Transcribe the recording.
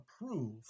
approve